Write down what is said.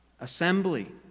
Assembly